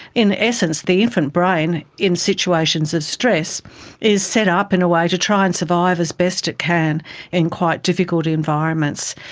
in essence the infant brain in situations of stress is set up in a way to try and survive as best it can in quite difficult environments,